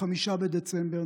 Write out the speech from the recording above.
5 בדצמבר,